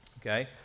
Okay